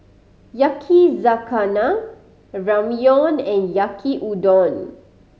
Yakizakana Ramyeon and Yaki Udon